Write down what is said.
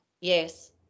Yes